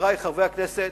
חברי חברי הכנסת,